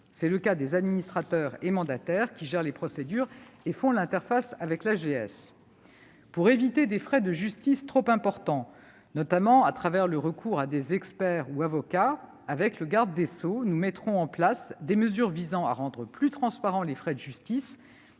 C'est le cas des administrateurs et mandataires, qui gèrent les procédures et font l'interface avec l'AGS. Pour éviter des frais de justice trop importants, notamment en raison du recours à des experts ou à des avocats, nous mettrons en place, avec le garde des sceaux, des mesures visant à rendre plus transparents lesdits frais et